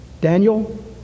Daniel